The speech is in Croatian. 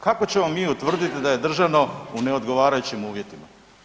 Kako ćemo mi utvrditi da je držano u neodgovarajućim uvjetima?